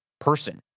person